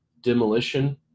demolition